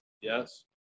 yes